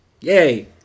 Yay